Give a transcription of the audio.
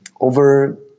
Over